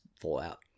Fallout